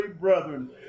brethren